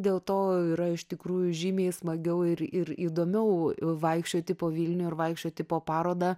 dėl to yra iš tikrųjų žymiai smagiau ir ir įdomiau vaikščioti po vilnių ir vaikščioti po parodą